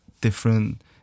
different